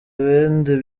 n’ibindi